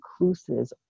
inclusive